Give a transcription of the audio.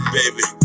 baby